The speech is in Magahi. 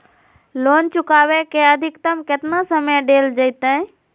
लोन चुकाबे के अधिकतम केतना समय डेल जयते?